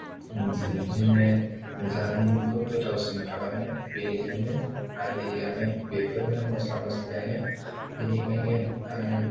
मोनसे बिदिनो जामुंखौ गोथावसिन खालामनो बेजोंनो आरियानो बेफोरनो मसला मसलियानो बेनिखायनो आङो